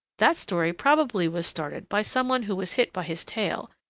that story probably was started by some one who was hit by his tail,